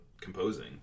composing